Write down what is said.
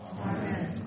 Amen